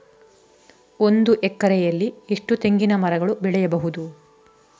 ಒಂದು ಎಕರೆಯಲ್ಲಿ ಎಷ್ಟು ತೆಂಗಿನಮರಗಳು ಬೆಳೆಯಬಹುದು?